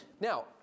Now